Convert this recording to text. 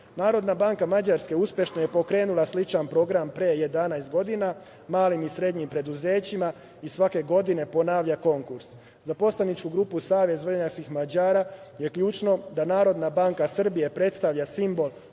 banke Mađarske uspešno je pokrenula sličan program pre 11 godina malim i srednjim preduzećima i svake godine ponavlja konkurs. Za poslaničku grupu Savez vojvođanskih Mađara je ključno da NBS predstavlja simbol